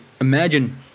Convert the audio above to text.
imagine